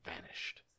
vanished